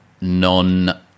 non